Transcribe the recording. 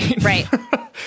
Right